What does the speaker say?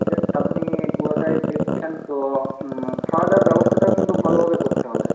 yes আপনি পুরোটাই দেখবেন তো খাওয়া দাওয়ার ব্যবস্থাটাও কিন্তু ভালোভাবে করতে হবে